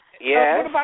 Yes